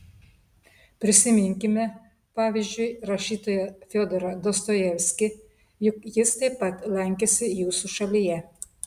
prisiminkime pavyzdžiui rašytoją fiodorą dostojevskį juk jis taip pat lankėsi jūsų šalyje